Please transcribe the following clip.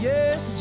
Yes